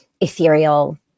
ethereal